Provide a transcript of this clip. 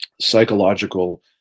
psychological